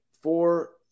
four